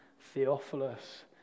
Theophilus